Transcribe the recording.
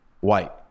white